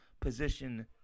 position